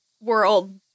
world